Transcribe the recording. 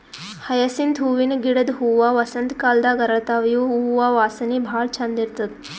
hyacinth ಹೂವಿನ ಗಿಡದ್ ಹೂವಾ ವಸಂತ್ ಕಾಲದಾಗ್ ಅರಳತಾವ್ ಇವ್ ಹೂವಾ ವಾಸನಿ ಭಾಳ್ ಛಂದ್ ಇರ್ತದ್